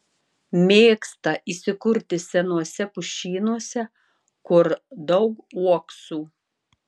mėgsta įsikurti senuose pušynuose kur daug uoksų